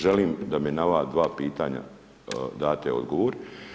Želim da mi na ova dva pitanja date odgovor.